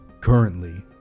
Currently